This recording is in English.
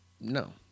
No